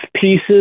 pieces